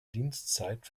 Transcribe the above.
dienstzeit